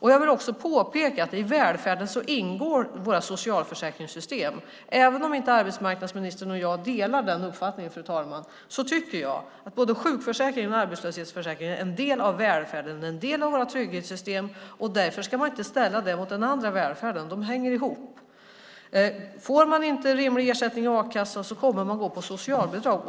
Jag vill också påpeka att i välfärden ingår våra socialförsäkringssystem. Även om inte arbetsmarknadsministern och jag delar den uppfattningen, fru talman, tycker jag att både sjukförsäkringen och arbetslöshetsförsäkringen är en del av välfärden. De är en del av våra trygghetssystem, och därför ska man inte ställa dem mot den andra välfärden. De hänger ihop. Får man inte rimlig ersättning i a-kassa kommer man att gå på socialbidrag.